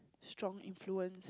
strong influence